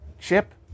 chip